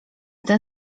ten